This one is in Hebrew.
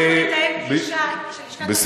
נתאם פגישה של לשכת עורכי-הדין אתך.